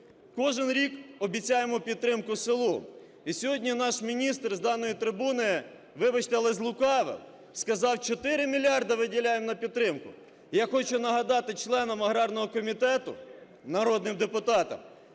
Кожен рік обіцяємо підтримку селу. І сьогодні наш міністр з даної трибуни, вибачте, але злукавив, сказав: 4 мільярди виділяємо на підтримку. Я хочу нагадати членам аграрного комітету народним депутатам,